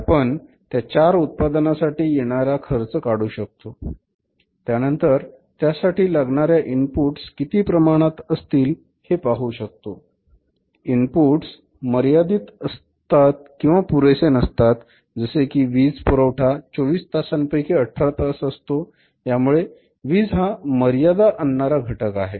म्हणजे आपण त्या चार उत्पादनासाठी येणारा खर्च काढू शकतो त्यानंतर त्यासाठी लागणाऱ्या इनपुट्स किती प्रमाणात असतील हे पाहू शकतो इनपुट्स मर्यादित असतात किंवा पुरेसे नसतात जसे की वीज पुरवठा चोवीस तासांपैकी 18 तास असतो त्यामुळे विज हा मर्यादा आणणारा घटक आहे